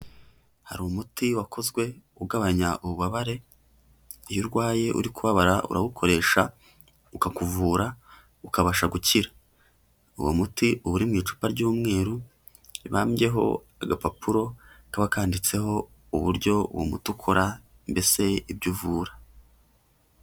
Hari umuti wakozwe ugabanya ububabare iyo urwaye uri kubabara urawukoresha ukakuvura ukabasha gukira. Uwo muti uba uri mu icupa ry'umweru ribambyeho agapapuro kaba kanditseho uburyo uwo muti ukora mbese ibyo uvura.